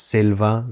Silva